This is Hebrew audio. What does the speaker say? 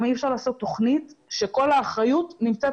גם אי אפשר לעשות תוכנית שכל האחריות נמצאת